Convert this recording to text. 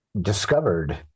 discovered